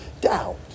doubt